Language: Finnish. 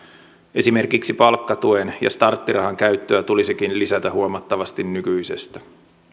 esimerkiksi palkkatuen ja starttirahan käyttöä tulisikin lisätä huomattavasti nykyisestä